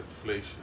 inflation